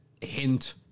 hint